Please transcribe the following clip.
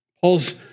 Paul's